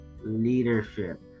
leadership